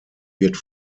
wird